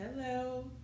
Hello